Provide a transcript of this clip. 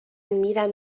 میرم